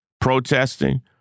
protesting